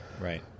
Right